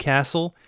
Castle